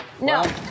No